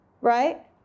right